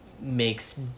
makes